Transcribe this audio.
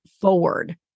forward